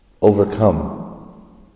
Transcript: overcome